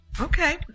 Okay